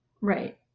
Right